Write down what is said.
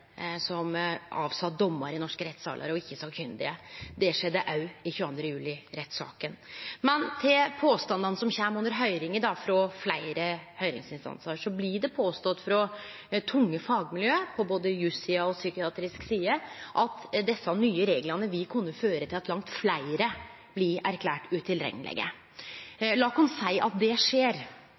som avsa dommar i norske rettssalar, og ikkje sakkyndige. Det skjedde òg i 22. juli-rettssaka. Når det gjeld påstandane som kom frå fleire høyringsinstansar under høyringa blei det hevda frå tunge fagmiljø både på jussida og på psykiatrisk side at desse nye reglane vil kunne føre til at langt fleire blir erklært utilreknelege. La oss seie at det skjer.